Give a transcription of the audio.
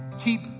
keep